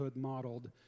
modeled